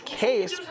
case